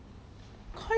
mm